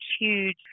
huge